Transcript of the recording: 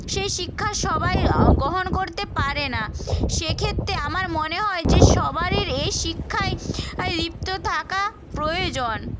সেই শিক্ষা সবাই গ্রহণ করতে পারে না সেক্ষেত্রে আমার মনে হয় যে সবারির এই শিক্ষায় আয় লিপ্ত থাকা প্রয়োজন